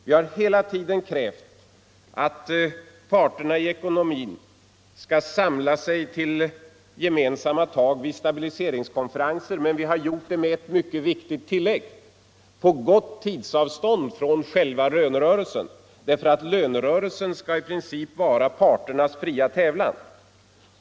Vi har hela tiden krävt att parterna i ekonomin skall samla sig till gemensamma tag vid stabiliseringskonferenser, men vi har gjort det med ett mycket viktigt tillägg: det skall ske på gott tidsavstånd från själva lönerörelsen. Lönerörelsen skall i princip vara parternas fria tävlan.